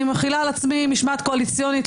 אני מחילה על עצמי משמעת קואליציונית .